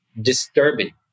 disturbing